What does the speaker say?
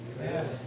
Amen